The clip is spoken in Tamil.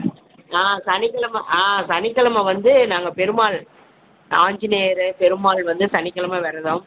ஆ சனிக்கிழம ஆ சனிக்கிழம வந்து நாங்கள் பெருமாள் ஆஞ்சநேயர் பெருமாள் வந்து சனிக்கிழம விரதம்